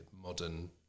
modern